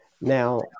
Now